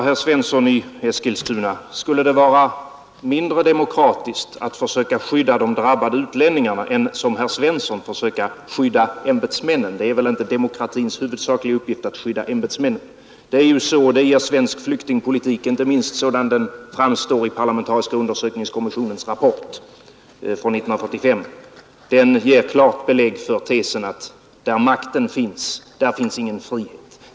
Herr talman! Skulle det vara mindre demokratiskt att försöka skydda de drabbade utlänningarna än att, som herr Svensson i Eskilstuna gör, försöka skydda ämbetsmännen? Det är väl inte demokratins huvudsakliga uppgift att skydda ämbetsmännen. Men det gör svensk flyktingpolitik, sådan den framstår inte minst i den parlamentariska undersökningskommissionens rapport från 1945. Den rapporten ger klart belägg för tesen att där makten finns, där finns ingen frihet.